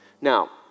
Now